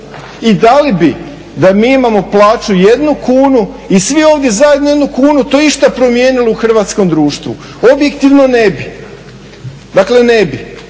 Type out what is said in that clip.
I da li bi da mi imamo plaću 1 kunu i svi ovdje zajedno 1 kunu to išta promijenilo u hrvatskom društvu? Objektivno ne bi, dakle ne bi,